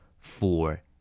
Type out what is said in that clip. Four